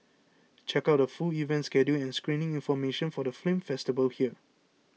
check out the full event schedule and screening information for the film festival here